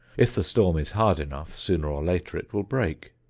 if the storm is hard enough, sooner or later it will break.